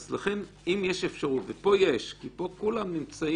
אז לכן אם יש אפשרות, ופה יש, כי פה כולם נמצאים.